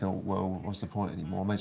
thought, well, what's the point anymore?